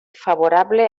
favorable